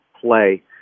play